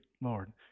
Lord